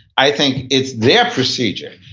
i think it's their procedure.